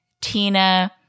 tina